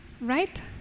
right